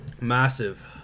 Massive